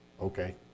Okay